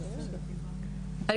לסיכום,